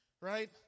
right